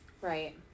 Right